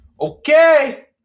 Okay